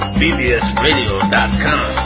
bbsradio.com